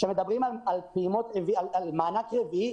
מדברים על מענק רביעי,